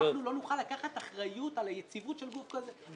אנחנו לא נוכל לקחת אחריות על היציבות של גוף כזה.